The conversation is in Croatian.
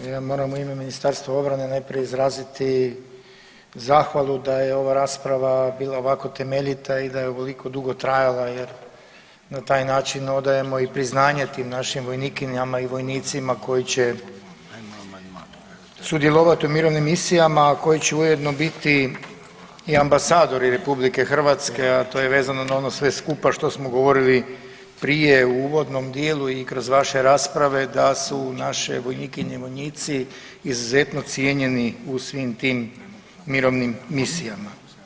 Ja moram u ime Ministarstva obrane najprije izraziti zahvalu da je ova rasprava bila ovako temeljita i da je ovoliko dugo trajala jer na taj način odajemo i priznanje tim našim vojnikinjama i vojnicima koji će sudjelovati u mirovnim misijama, a koji će ujedno biti i ambasadori RH, a to je vezano na ono sve skupa što smo govorili prije u uvodnom dijelu i kroz vaše rasprave da su naše vojnikinje i vojnici izuzetno cijenjeni u svim tim mirovinom misijama.